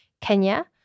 Kenya